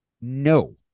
No